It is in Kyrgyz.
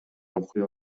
окуя